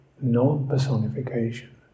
non-personification